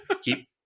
Keep